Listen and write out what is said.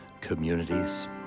communities